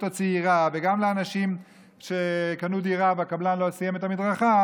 הצעירה וגם לאנשים שקנו דירה והקבלן לא סיים את המדרכה,